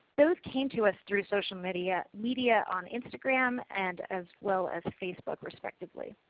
those came to us through social media, media on instagram and as well as facebook respectively.